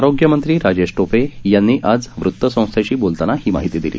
आरोग्यमंत्री राजेश टोपे यांनी आज वृतसंस्थेशी बोलताना ही माहिती दिली